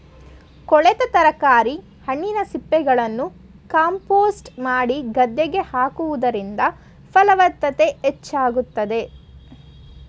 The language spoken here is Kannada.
ಕೊಳೆತ ತರಕಾರಿ, ಹಣ್ಣಿನ ಸಿಪ್ಪೆಗಳನ್ನು ಕಾಂಪೋಸ್ಟ್ ಮಾಡಿ ಗದ್ದೆಗೆ ಹಾಕುವುದರಿಂದ ಫಲವತ್ತತೆ ಹೆಚ್ಚಾಗುತ್ತದೆ